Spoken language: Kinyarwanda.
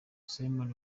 simon